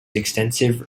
extensive